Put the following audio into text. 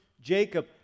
Jacob